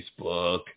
Facebook